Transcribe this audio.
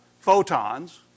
photons